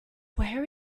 where